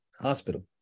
Hospital